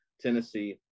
Tennessee